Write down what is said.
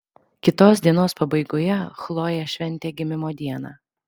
kitos dienos pabaigoje chlojė šventė gimimo dieną